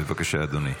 בבקשה, אדוני.